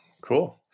Cool